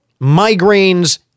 migraines